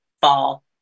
fall